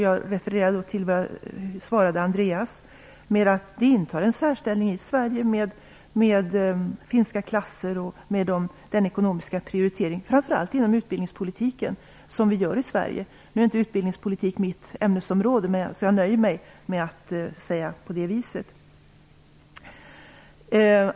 Jag refererar till vad jag svarade Andreas Carlgren, nämligen att finskan intar en särställning i Sverige med finska klasser och den ekonomiska prioritering som vi gör, främst inom utbildningspolitiken. Nu är utbildningspolitik inte mitt ämnesområde, så jag nöjer mig med att säga detta.